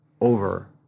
over